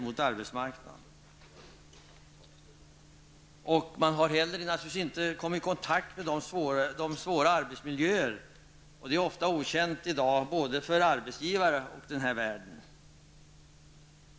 Man har naturligtvis inte heller kommit i kontakt med svåra arbetsmiljöer. Det är någonting som är ganska okänt både för arbetsgivare och i universitetsvärlden.